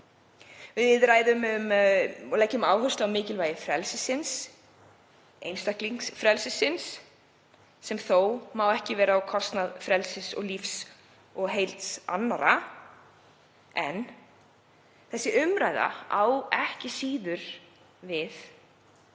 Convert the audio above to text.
Við ræðum og leggjum áherslu á mikilvægi frelsisins, einstaklingsfrelsisins, sem þó má ekki vera á kostnað frelsis, lífs og heilsu annarra. Þessi umræða er ekki síður viðeigandi